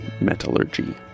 metallurgy